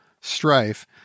strife